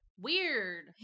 Weird